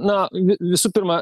na vi visų pirma